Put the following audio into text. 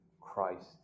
Christ